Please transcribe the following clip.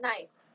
Nice